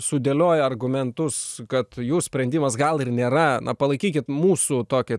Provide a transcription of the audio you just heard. sudėlioji argumentus kad jų sprendimas gal ir nėra na palaikykit mūsų tokią